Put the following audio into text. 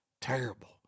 terrible